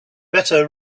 better